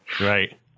right